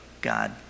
God